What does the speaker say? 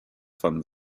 von